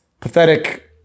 Pathetic